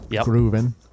grooving